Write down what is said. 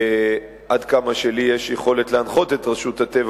עד כמה שלי יש יכולת להנחות את רשות הטבע